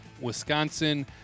Wisconsin